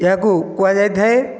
ଏହାକୁ କୁହାଯାଇଥାଏ